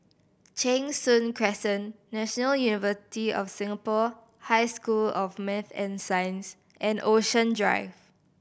Cheng Soon Crescent National University of Singapore High School of Maths and Science and Ocean Drive